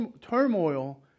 turmoil